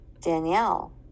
Danielle